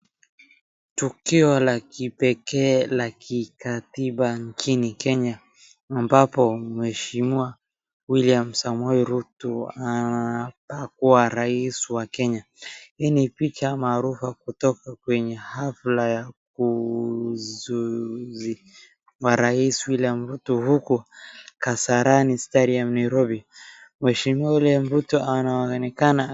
Tukio la kipekee la kikatiba nchini Kenya ambapo mheshimiwa William Samoei Ruto hakuwa rais wa Kenya. Hii ni picha maarufu kutoka kwenye hafla ya kuzuzi marais William Ruto huku Kasarani stadium Nairobi. Mheshimiwa William Ruto anaonekana...